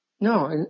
No